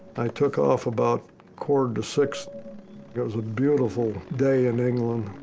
took off about quarter to six. it was a beautiful day in england.